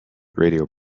radio